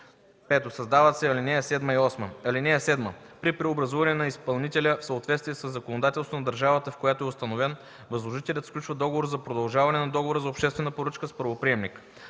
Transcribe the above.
6. 5. Създават се ал. 7 и 8: „(7) При преобразуване на изпълнителя в съответствие със законодателството на държавата, в която е установен, възложителят сключва договор за продължаване на договора за обществена поръчка с правоприемник.